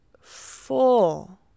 full